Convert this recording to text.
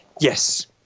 Yes